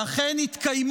ואכן יתקיים